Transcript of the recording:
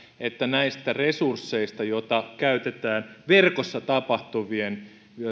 että näistä resursseista ne rahat joita käytetään verkossa tapahtuvien